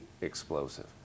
explosive